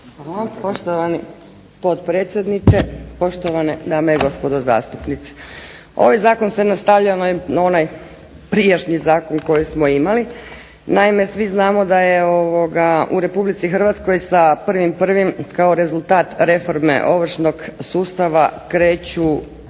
Poštovani potpredsjedniče, poštovane dame i gospodo zastupnici. Ovaj zakon se nastavlja na onaj prijašnji zakon koji smo imali. Naime svi znamo da je u Republici Hrvatskoj sa 1.1. kao rezultat reforme ovršnog sustava kreću